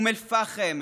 אום אל-פחם,